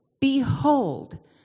behold